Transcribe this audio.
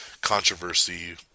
controversy